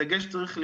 הדגש צריך להיות,